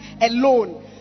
alone